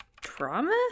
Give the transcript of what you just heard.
trauma